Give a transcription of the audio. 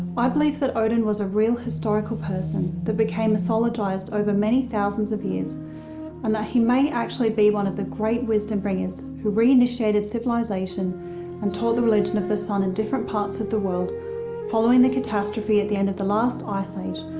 i believe that odin was a real, historical person that became mythologized over many thousands of years and that he may actually be one of the great wisdom bringers who reinitiated civilization and taught the religion of the sun in different parts of the world following the catastrophe at the end of the last ice age,